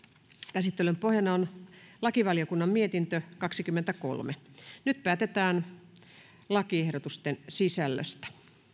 käsittelyn pohjana on lakivaliokunnan mietintö kaksikymmentäkolme nyt päätetään lakiehdotusten sisällöstä